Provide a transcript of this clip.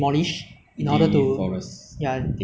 like having a stronger economy rather than having a